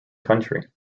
country